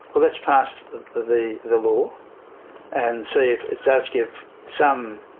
let's pass the the law and see if it does give some